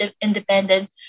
independent